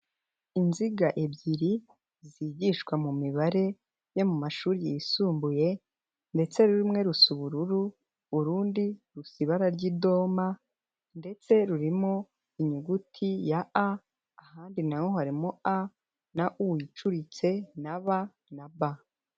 Inziga ebyiri, zigishwa mu mibare, yo mu mashuri yisumbuye, ndetse rumwe rusa ubururu, urundi rusa ibara ry'idoma, ndetse rurimo inyuguti ya a, ahandi naho harimo a, na u icuritse, na b na b.